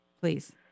Please